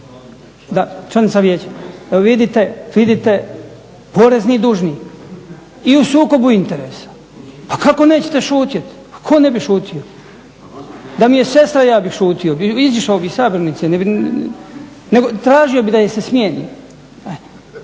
Da, članica vijeća. Pa vidite porezni dužnik i u sukobu interesa. Pa kako nećete šutjeti, pa tko ne bi šutio? Da mi je sestra, ja bih šutio, izašao bih iz sabornice, tražio bih da je se smjeni. Ali